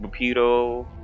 Rapido